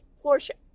portion